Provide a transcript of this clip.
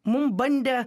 mum bandė